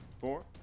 four